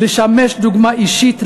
לשמש דוגמה אישית לציבור.